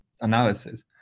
analysis